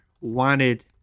wanted